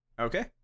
okay